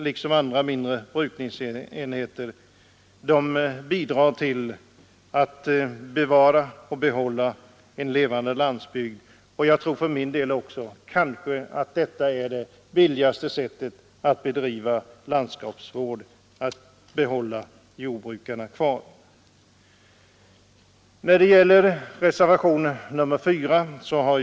Dessa brukningsenheter bidrar till att bevara en levande landsbygd, och jag tror för min del att det är det billigaste sättet att bedriva landskapsvård.